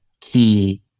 key